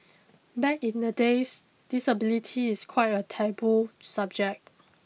back in the days disability is quite a taboo subject